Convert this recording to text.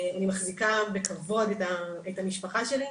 אני מחזיקה בכבוד את המשפחה שלי,